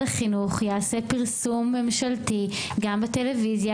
החינוך יעשה פרסום ממשלתי גם בטלוויזיה,